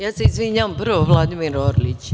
Ja se izvinjavam, prvo Vladimir Orlić.